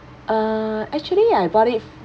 uh actually I bought it